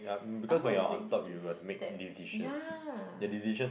I'm not ready to step ya